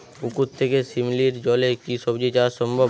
পুকুর থেকে শিমলির জলে কি সবজি চাষ সম্ভব?